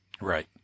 Right